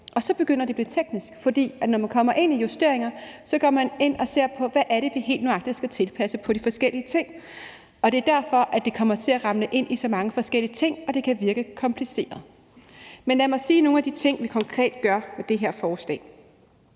og så begynder det at blive teknisk. For når man kommer ind i justeringer, går man ind og ser på, hvad det er, der helt nøjagtigt skal tilpasses ved de forskellige ting. Det er derfor, det kommer til at ramle ind i så mange forskellige ting, og at det kan virke kompliceret. Men lad mig sige noget om nogle af de ting, vi konkret gør med det her forslag.